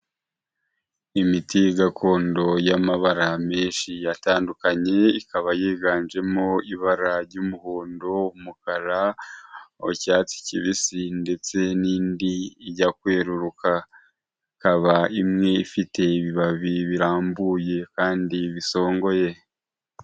Imiti gakondo y'amabara menshi atandukanye, ikaba yiganjemo ibara ry'umuhondo, umukara, icyatsi kibisi ndetse n'indi ijya kweruruka, ikaba imwe ifite ibibabi birambuye kandi bisongoye.